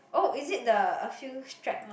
oh is it the a few stripe one